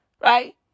Right